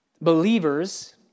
Believers